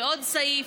עוד סעיף,